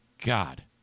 God